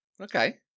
Okay